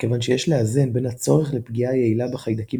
מכיוון שיש לאזן בין הצורך לפגיעה יעילה בחיידקים